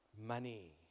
money